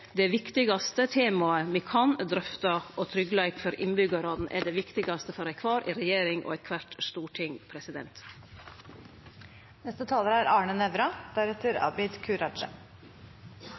det viktigaste temaet me kan drøfte, og tryggleik for innbyggjarane er det viktigaste for kvar regjering og kvart storting.